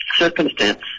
circumstance